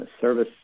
service